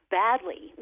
badly